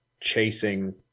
chasing